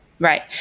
Right